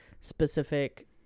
specific